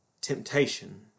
temptation